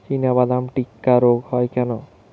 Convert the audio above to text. চিনাবাদাম টিক্কা রোগ হয় কেন?